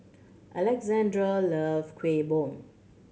Alexandr loves Kuih Bom